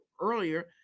earlier